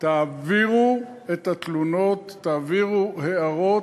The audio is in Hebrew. תעבירו את התלונות, תעבירו הערות.